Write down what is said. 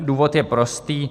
Důvod je prostý.